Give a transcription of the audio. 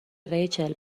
ریچل